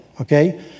okay